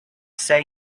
say